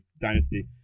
Dynasty